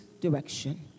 direction